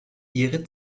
ihre